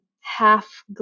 half